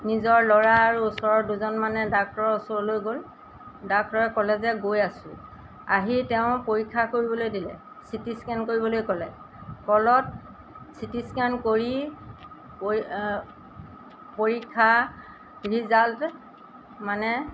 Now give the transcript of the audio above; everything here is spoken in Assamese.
নিজৰ ল'ৰা আৰু ওচৰৰ দুজনমানে ডাক্টৰৰ ওচৰলৈ গ'ল ডাক্তৰে ক'লে যে গৈ আছোঁ আহি তেওঁ পৰীক্ষা কৰিবলৈ দিলে চিটি স্কেন কৰিবলৈ ক'লে ক'লত চিটি স্কেন কৰি পৰীক্ষা ৰিজাল্ট মানে